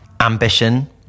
ambition